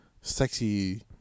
sexy